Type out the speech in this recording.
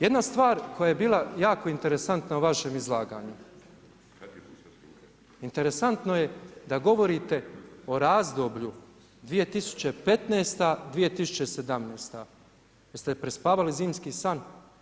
Jedna stvar koja je bila jako interesantna u vašem izlaganju, interesantno je da govorite o razdoblju 2015., 2017. jeste prespavali zimski san.